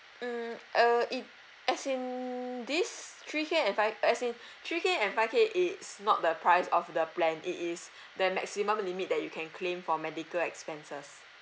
um uh it as in this three K and five as in three K and five K it's not the price of the plan it is the maximum limit that you can claim for medical expenses